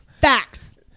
Facts